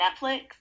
Netflix